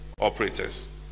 operators